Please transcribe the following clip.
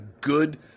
good